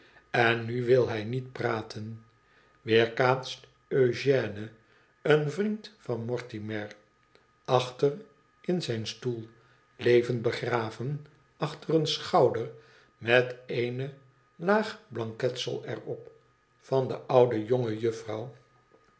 en nu wil hij niet praten weerkaatst eugène een vriend van mortimer achter in zijn stoel levend begraven achter een schouder met eene taag blanketsel er op van de oude jonge juffrouw